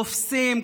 רופסים,